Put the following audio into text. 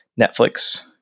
Netflix